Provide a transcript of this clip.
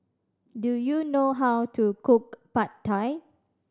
do you know how to cook Pad Thai